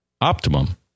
Optimum